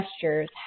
gestures